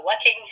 working